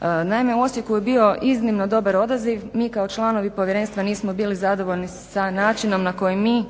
Naime, u Osijeku je bio iznimno dobar odaziv. Mi kao članovi povjerenstva nismo bili zadovoljni sa načinom na koji mi